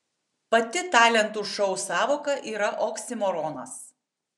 pati talentų šou sąvoka yra oksimoronas